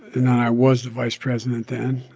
and i was the vice president then.